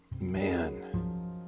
Man